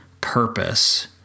purpose